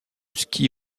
ski